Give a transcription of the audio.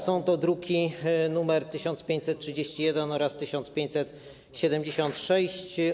Są to druki nr 1531 oraz 1576.